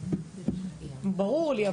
ברור לי.